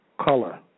color